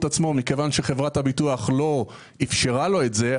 עצמו מכיוון שחברת הביטוח לא אפשרה לו את זה,